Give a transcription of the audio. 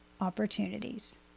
opportunities